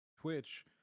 Twitch